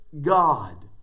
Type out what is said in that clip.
god